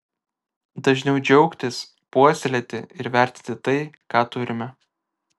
dažniau džiaugtis puoselėti ir vertinti tai ką turime